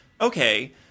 okay